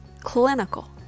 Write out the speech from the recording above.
Clinical